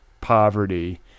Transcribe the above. poverty